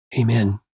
Amen